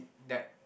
that